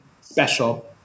special